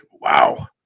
wow